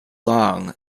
long